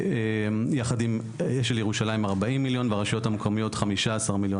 יחד עם העיר של ירושלים 40 מיליון והרשויות המקומיות 15 מיליון,